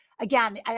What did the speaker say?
Again